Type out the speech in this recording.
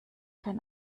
kein